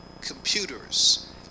computers